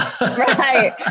Right